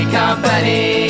company